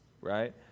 right